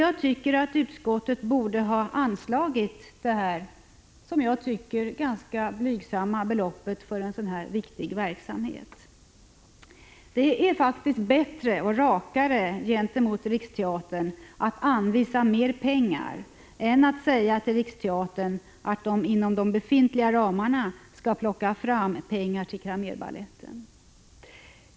Jag tycker att utskottet borde ha kunnat tillstyrka ett anslag med detta enligt min mening blygsamma belopp. Det är bättre och rakare gentemot Riksteatern att anvisa mer pengar än att säga att Riksteatern inom de befintliga ramarna skall plocka fram pengar till Cramérbaletten.